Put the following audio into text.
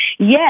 Yes